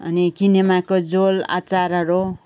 अनि किनेमाको झोल अचारहरू